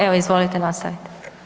Evo izvolite nastavite.